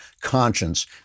conscience